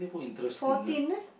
fourteen eh